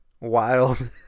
wild